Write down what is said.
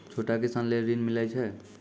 छोटा किसान लेल ॠन मिलय छै?